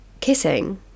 kissing